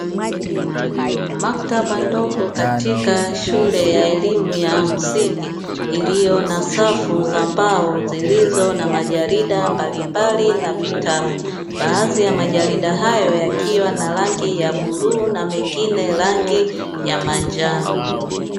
Maktaba ndogo katika shule ya elimu ya msingi iliyo na safu za mbao zilizo na majarida mbalimbali na vitabu, baadhi ya majarida hayo yakiwa na rangi ya buluu na mengine rangi ya manjano.